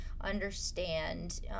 understand